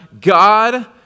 God